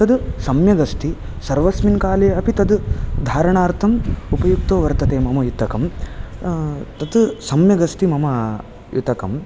तद् सम्यगस्ति सर्वस्मिन् काले अपि तद् धारणार्थम् उपयुक्तो वर्तते मम युतकं तत् सम्यगस्ति मम युतकं